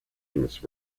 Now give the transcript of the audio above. names